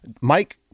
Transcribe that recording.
Mike